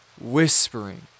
whispering